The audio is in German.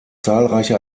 zahlreiche